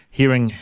hearing